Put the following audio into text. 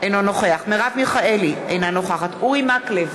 אינו נוכח מרב מיכאלי, אינה נוכחת אורי מקלב,